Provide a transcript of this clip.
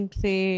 say